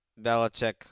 Belichick